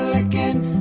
again.